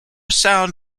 sound